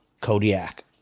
Kodiak